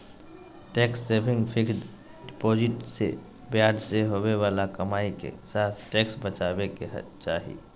tax saving fixed deposit से ब्याज से होवे बाला कमाई के साथ टैक्स बचाबे के चाही